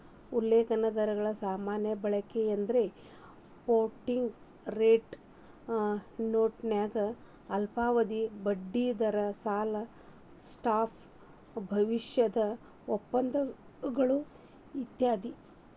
ಉಲ್ಲೇಖ ದರಗಳ ಸಾಮಾನ್ಯ ಬಳಕೆಯೆಂದ್ರ ಫ್ಲೋಟಿಂಗ್ ರೇಟ್ ನೋಟನ್ಯಾಗ ಅಲ್ಪಾವಧಿಯ ಬಡ್ಡಿದರ ಸಾಲ ಸ್ವಾಪ್ ಭವಿಷ್ಯದ ಒಪ್ಪಂದಗಳು ಇತ್ಯಾದಿ